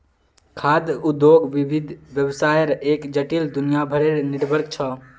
खाद्य उद्योग विविध व्यवसायर एक जटिल, दुनियाभरेर नेटवर्क छ